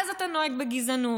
אז אתה נוהג בגזענות,